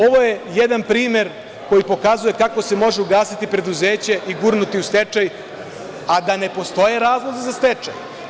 Ovo je jedan primer koji pokazuje kako se može ugasiti preduzeće i gurnuti u stečaj, a da ne postoje razlozi za stečaj.